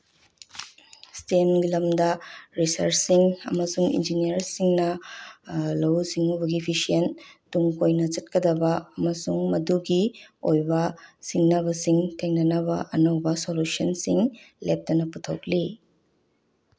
ꯏꯁꯇꯦꯝꯒꯤ ꯂꯝꯗ ꯔꯤꯁꯔꯁꯁꯤꯡ ꯑꯃꯁꯨꯡ ꯏꯟꯖꯤꯅꯤꯌꯔꯁꯤꯡꯅ ꯂꯧꯎ ꯁꯤꯡꯎꯕꯒꯤ ꯇꯨꯡ ꯀꯣꯏꯅ ꯆꯠꯀꯗꯕ ꯑꯃꯁꯨꯡ ꯃꯗꯨꯒꯤ ꯑꯣꯏꯕ ꯁꯤꯡꯅꯕꯁꯤꯡ ꯊꯦꯡꯅꯅꯕ ꯑꯅꯧꯕ ꯁꯣꯂꯨꯁꯟꯁꯤꯡ ꯂꯦꯞꯇꯅ ꯄꯨꯊꯣꯛꯂꯤ